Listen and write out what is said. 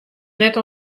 net